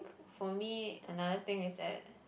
for me another thing is that